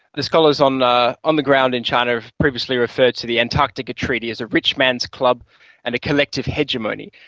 the scholars on ah on the ground in china have previously referred to the antarctica treaty as a rich man's club and a collective hegemony.